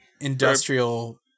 industrial